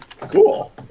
Cool